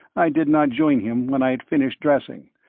i did not join him when i had finished dressing,